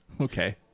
okay